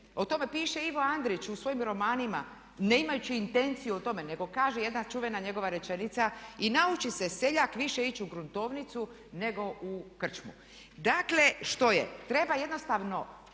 O tome piše Ivo Andrić u svojim romanima ne imajući intenciju o tome, nego kaže jedna čuvena njegova rečenica: „I nauči se seljak više ići u gruntovnicu nego u krčmu.“ Dakle što je? Treba jednostavno